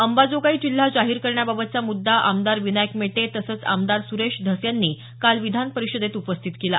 अंबाजोगाई जिल्हा जाहीर करण्याबाबतचा मुद्दा आमदार विनायक मेटे तसंच आमदार सुरेश धस यांनी काल विधान परिषदेत उपस्थित केला